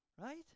right